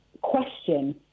question